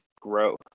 growth